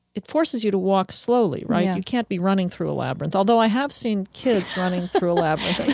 it forces you to walk slowly, right? you can't be running through a labyrinth, although i have seen kids running through a labyrinth.